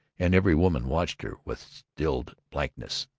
and every woman watched her with stilled blankness.